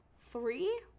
three